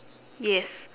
yes